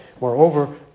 Moreover